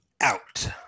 out